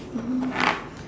mm